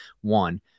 One